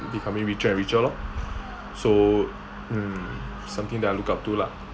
becoming richer and richer lor so mm something that I look up to lah